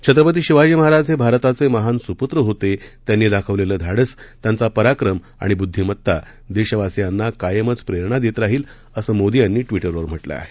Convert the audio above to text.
छत्रपती शिवाजी महाराज हे भारताचे महान सुपुत्र होते त्यांनी दाखवलेलं धाडस त्यांचा पराक्रम आणि बुद्धिमत्ता देशवासीयांना कायमच प्रेरणा देत राहील असं मोदी यांनी ट्विटरवर म्हटलं आहे